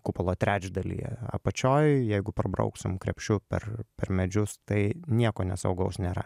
kupolo trečdalyje apačioj jeigu prabrauksim krepšiu per per medžius tai nieko nesaugaus nėra